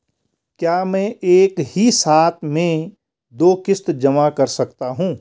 क्या मैं एक ही साथ में दो किश्त जमा कर सकता हूँ?